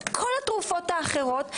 כל התרופות האחרות,